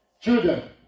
Children